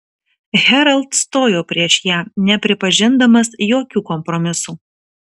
herald stojo prieš ją nepripažindamas jokių kompromisų